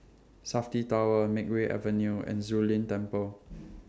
Safti Tower Makeway Avenue and Zu Lin Temple